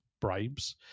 bribes